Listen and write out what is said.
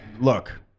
look